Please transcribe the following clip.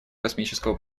космического